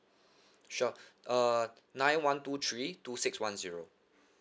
sure uh nine one two three two six one zero